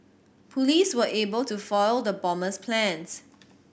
police were able to foil the bomber's plans